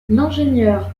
l’ingénieur